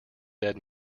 dead